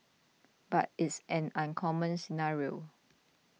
but it's an uncommon scenario